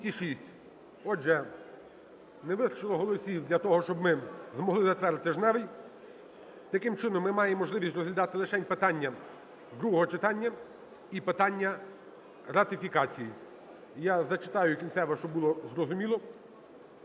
Отже, не вистачило голосів для того, щоб ми змогли затвердити тижневий. Таким чином, ми маємо можливість розглядати лишень питання другого читання і питання ратифікацій. Я зачитаю кінцеве, щоб було зрозуміло.